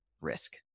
risk